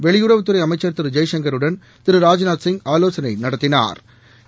வெளியுறவுத்துறை அமைச்சா் திரு ஜெயசங்கருடனும் திரு ராஜ்நாத்சிங் ஆலேசாளை நடத்தினாா்